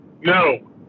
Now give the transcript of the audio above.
No